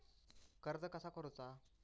कर्ज कसा करूचा?